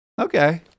Okay